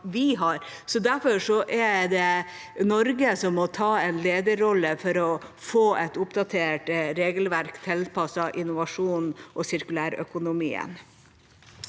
som må ta en lederrolle for å få et oppdatert regelverk tilpasset innovasjon og sirkulærøkonomi.